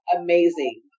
amazing